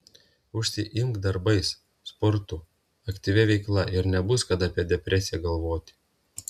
užsiimk darbais sportu aktyvia veikla ir nebus kada apie depresiją galvoti